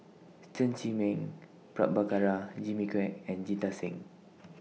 Chen Zhiming Prabhakara Jimmy Quek and Jita Singh